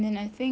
mmhmm